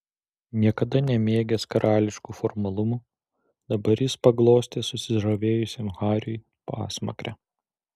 niekada nemėgęs karališkų formalumų dabar jis paglostė susižavėjusiam hariui pasmakrę